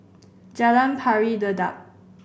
Jalan Pari Dedap